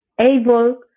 able